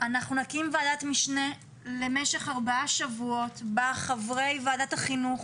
אנחנו נקים וועדת משנה למשך 4 שבועות בה חברי וועדת החינוך